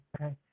okay